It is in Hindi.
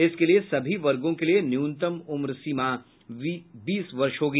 इसके लिए सभी वर्गों के लिए न्यूनतम उम्र सीमा बीस वर्ष होगी